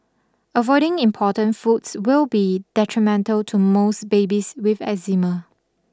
avoiding important foods will be detrimental to most babies with eczema